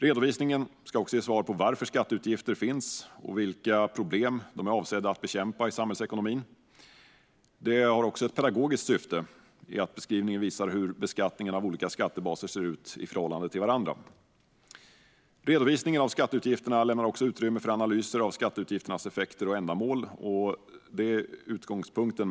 Redovisningen ska också ge svar på varför skatteutgifter finns och vilka problem de är avsedda att bekämpa i samhällsekonomin. Redovisningen har också ett pedagogiskt syfte i att beskrivningen visar hur beskattningen av olika skattebaser ser ut i förhållande till varandra. Redovisningen av skatteutgifterna lämnar också utrymme för analyser av skatteutgifternas effekter och ändamål. Det är utgångspunkten.